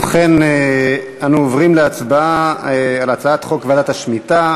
ובכן, אנחנו עוברים להצבעה על הצעת חוק ועדת שמיטה